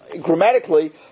grammatically